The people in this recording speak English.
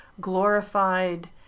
glorified